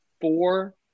four